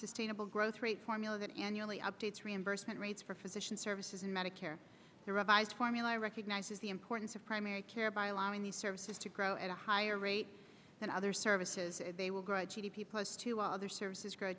sustainable growth rate formula that annually updates reimbursement rates for physician services and medicare the revised formula recognizes the importance of primary care by allowing these services to grow at a higher rate than other services and they will grow g d p plus two other services grow